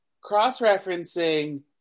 cross-referencing